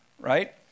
right